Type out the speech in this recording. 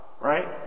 right